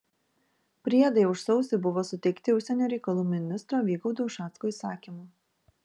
priedai už sausį buvo suteikti užsienio reikalų ministro vygaudo ušacko įsakymu